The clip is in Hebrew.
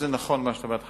זה נכון מה שאת אומרת,